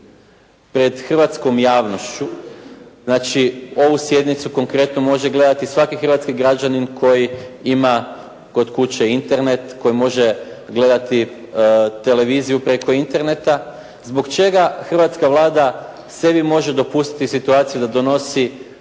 pred hrvatskom javnošću, znači ovu sjednicu konkretno može gledati svaki hrvatski građanin koji ima kod kuće Internet, koji može gledati televiziju preko Interneta. Zbog čega hrvatska Vlada sebi može dopustiti situaciju da donosi